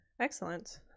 Excellent